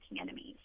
enemies